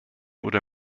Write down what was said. oder